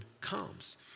comes